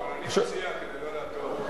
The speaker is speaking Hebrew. אבל אני מציע, כדי לא להטעות,